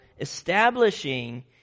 establishing